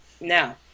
Now